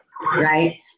Right